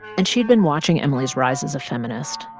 and she'd been watching emily's rise as a feminist,